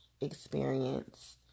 experience